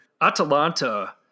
Atalanta